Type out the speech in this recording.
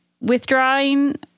withdrawing